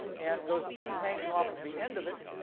and those things hanging off of the end of it,